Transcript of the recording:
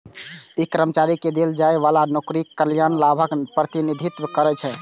ई कर्मचारी कें देल जाइ बला नौकरीक कल्याण लाभक प्रतिनिधित्व करै छै